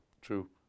True